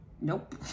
Nope